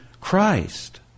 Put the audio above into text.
Christ